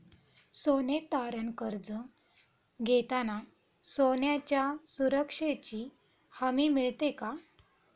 सोने तारण कर्ज घेताना सोन्याच्या सुरक्षेची हमी मिळते का?